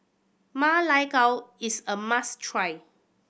Ma Lai Gao is a must try